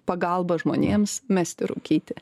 pagalba žmonėms mesti rūkyti